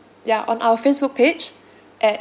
ya on our Facebook page at